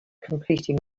completing